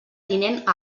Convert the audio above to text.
tinent